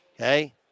Okay